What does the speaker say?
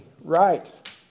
right